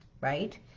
right